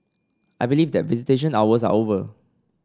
I believe that visitation hours are over